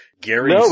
gary